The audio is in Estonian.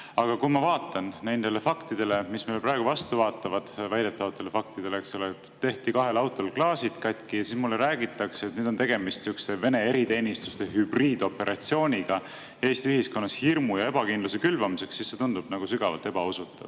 Aga kui ma vaatan neid fakte, mis meile praegu vastu vaatavad, väidetavaid fakte, et kahel autol tehti klaasid katki, aga mulle räägitakse, et nüüd on tegemist sihukese Vene eriteenistuse hübriidoperatsiooniga Eesti ühiskonnas hirmu ja ebakindluse külvamiseks, siis see tundub nagu sügavalt ebausutav.